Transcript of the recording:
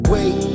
Wait